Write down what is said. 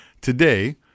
Today